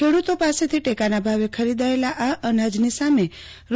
ખેડૂતો પાસેથી ટેકાના ભાવે ખરીદાયેલા આ અનાજની સામે રૂ